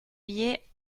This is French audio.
billet